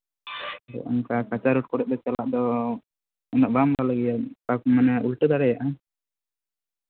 ᱚᱱᱠᱟ ᱠᱟᱛᱮᱜ ᱪᱟᱞᱟᱜ ᱫᱚ ᱩᱱᱟᱹᱜ ᱵᱟᱝ ᱵᱷᱟᱜᱮᱭᱟ ᱩᱞᱴᱟᱹᱣ ᱫᱟᱲᱮᱭᱟᱜᱼᱟ